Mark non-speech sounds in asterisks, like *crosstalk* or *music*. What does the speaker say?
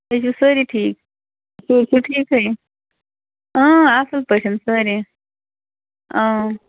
تُہۍ چھِو سٲری ٹھیٖک *unintelligible* ٹھیٖکٕے اَصٕل پٲٹھۍ سٲری